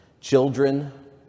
children